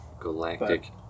Galactic